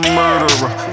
murderer